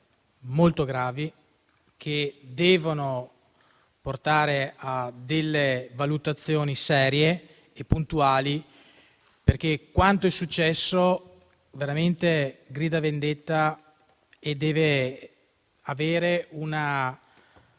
molto gravi e devono portare a valutazioni serie e puntuali, perché quanto è successo grida veramente vendetta e deve avere una